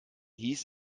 hieß